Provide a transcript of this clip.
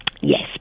Yes